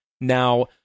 Now